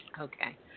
Okay